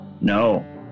No